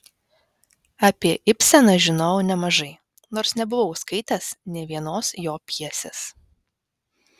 apie ibseną žinojau nemažai nors nebuvau skaitęs nė vienos jo pjesės